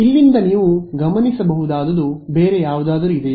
ಇಲ್ಲಿಂದ ನೀವು ಗಮನಿಸಬಹುದಾದದು ಬೇರೆ ಯಾವುದಾದರೂ ಇದೆಯೆ